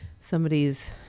somebody's